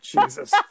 Jesus